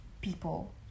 People